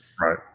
Right